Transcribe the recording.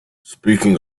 speaking